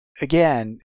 again